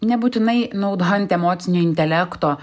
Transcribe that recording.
nebūtinai naudojant emocinio intelekto